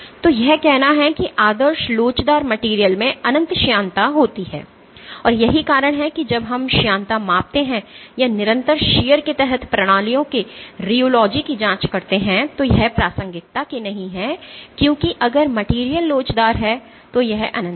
तो यह कहना है कि आदर्श लोचदार मटेरियल में अनंत श्यानता होती है और यही कारण है कि जब हम श्यानता मापते हैं या निरंतर शीयर के तहत प्रणालियों के रियोलॉजी की जांच करते हैं तो यह प्रासंगिकता की नहीं है क्योंकि अगर मटेरियल लोचदार है तो यह अनंत है